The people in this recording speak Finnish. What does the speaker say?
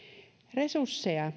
resursseja